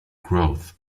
growth